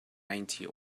ninety